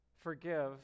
forgive